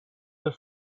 the